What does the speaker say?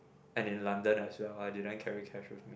and in London as well I didn't carry cash with me